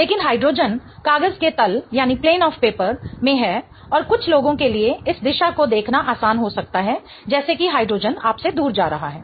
लेकिन हाइड्रोजन कागज के तल में है और कुछ लोगों के लिए इस दिशा में देखना आसान हो सकता है जैसे कि हाइड्रोजन आपसे दूर जा रहा है